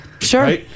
Sure